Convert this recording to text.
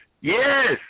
Yes